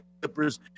Clippers –